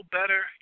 better